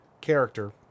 character